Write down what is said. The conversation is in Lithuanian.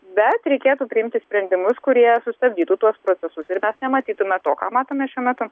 bet reikėtų priimti sprendimus kurie sustabdytų tuos procesus ir mes nematytume to ką matome šiuo metu